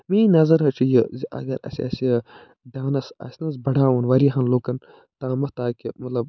میٲنۍ نظر حظ چھِ یہِ زِ اَگر اَسہِ آسہِ ڈآنَس آسہِ نہٕ حظ بڑاوُن واریاہَن لوٗکَن تامَتھ تاکہِ مطلب